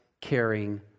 caring